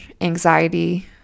anxiety